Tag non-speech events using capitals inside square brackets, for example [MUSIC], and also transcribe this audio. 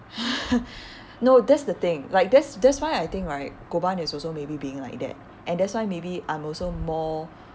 [LAUGHS] no that's the thing like that's that's why I think right go ban is also maybe being like that and that's why maybe I'm also more